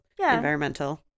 environmental